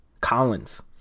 collins